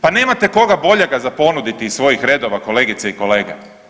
Pa nemate koga boljega za ponuditi iz svojih redova kolegice i kolege?